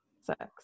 sex